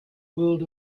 world